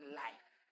life